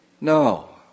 No